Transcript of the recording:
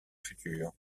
futur